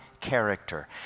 character